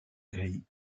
gray